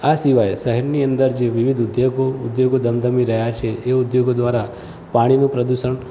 આ સિવાય શહેરની અંદર જે વિવિધ ઉદ્યોગો ઉદ્યોગો ધમધમી રહ્યા છે એ ઉદ્યોગો દ્વારા પાણીનું પ્રદૂષણ